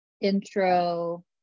intro